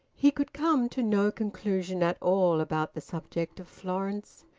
he could come to no conclusion at all about the subject of florence.